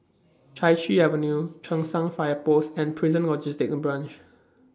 Chai Chee Avenue Cheng San Fire Post and Prison Logistic Branch